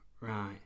Right